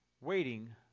waiting